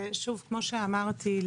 כמו שאמרתי,